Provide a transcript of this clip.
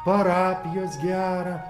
parapijos gerą